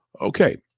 Okay